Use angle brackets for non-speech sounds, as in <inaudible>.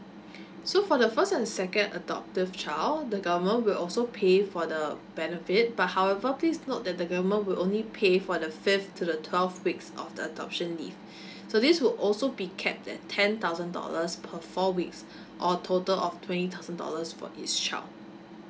<breath> so for the first and the second adoptive child the government will also pay for the benefit but however please note that the government will only pay for the fifth to the twelve weeks of the adoption leave <breath> so this will also be capped at ten thousand dollars per four weeks or a total of twenty thousand dollars for each child